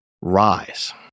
rise